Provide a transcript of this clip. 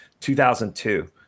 2002